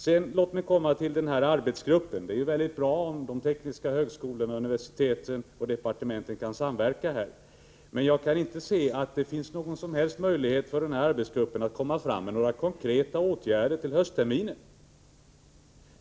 Låt mig sedan ta upp frågan om arbetsgruppen. Det är mycket bra om de tekniska högskolorna, universiteten och departementet kan samverka, men jag kan inte se att det finns någon som helst möjlighet för denna arbetsgrupp att komma fram med några förslag till konkreta åtgärder till höstterminen.